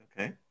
Okay